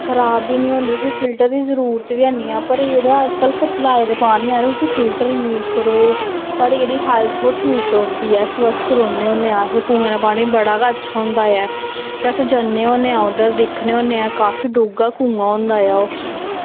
खराब बी निं होंदी उस्सी फिल्टर दी जरूरत बी ऐ निं ऐ पर जेह्ड़े अजकल्ल सप्लाई दे पानी हैन उस्सी फिल्टर यूस करो साढ़ी जेह्ड़ी हैल्थ ओह् ठीक रौंह्दी ऐ स्वस्थ रौंह्ने होन्ने अस कुएं दा पानी बड़ा गै अच्छा होंदा ऐ ते अस जन्ने होन्ने ऐ उधर दिक्खने होन्ने ऐ काफी डूंह्गा कुआं होंदा ऐ ओह्